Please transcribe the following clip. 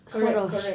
correct correct